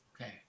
okay